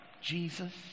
Jesus